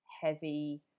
heavy